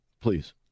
please